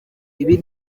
ibi